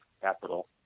capital